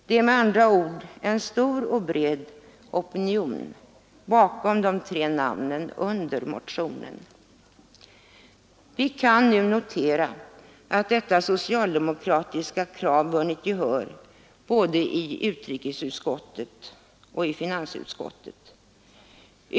Det är med andra ord en stor och bred opinion 153 Vi kan nu notera att detta socialdemokratiska krav vunnit gehör både i utrikesutskottet och i finansutskottet.